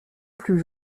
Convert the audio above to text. plus